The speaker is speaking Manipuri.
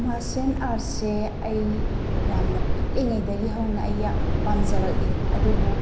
ꯃꯥꯔꯁꯦꯜ ꯑꯥꯔꯠꯁꯦ ꯑꯩ ꯌꯥꯝꯅ ꯄꯤꯛꯂꯤꯉꯩꯗꯒꯤ ꯍꯧꯅ ꯑꯩ ꯌꯥꯝ ꯄꯥꯝꯖꯔꯛꯏ ꯑꯗꯨꯕꯨ